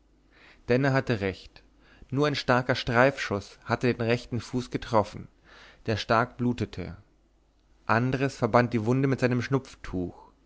denner hatte recht nur ein starker streifschuß hatte den rechten fuß getroffen der stark blutete andres verband die wunde mit seinem